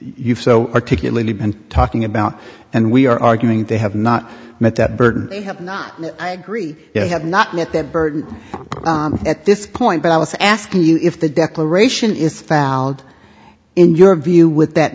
you've so particularly been talking about and we are arguing they have not met that burden i agree have not met that burden at this point but i was asking you if the declaration is found in your view with that